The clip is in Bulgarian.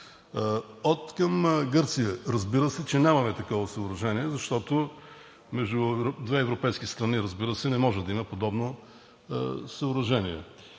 Откъм Гърция, разбира се, нямаме такова съоръжение, защото между две европейски страни не може да има подобно съоръжение.